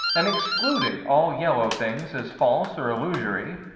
and excluding all yellow things as false or illusory,